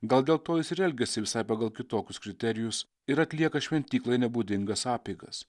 gal dėl to jis ir elgiasi visai pagal kitokius kriterijus ir atlieka šventyklai nebūdingas apeigas